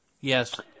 yes